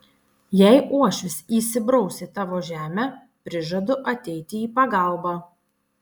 jei uošvis įsibraus į tavo žemę prižadu ateiti į pagalbą